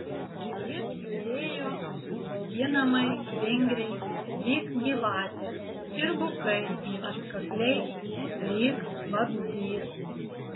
jis judėjo bauginamai vingriai lyg gyvatė ir bukai atkakliai lyg vabzdys